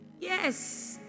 Yes